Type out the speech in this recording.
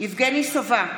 יבגני סובה,